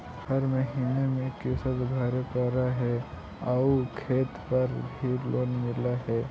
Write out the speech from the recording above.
हर महीने में किस्त भरेपरहै आउ खेत पर भी लोन मिल है?